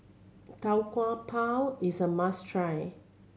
Tau Kwa Pau is a must try